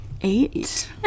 eight